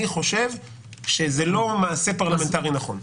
אני חושב שזה לא מעשה פרלמנטרי נכון.